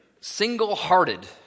single-hearted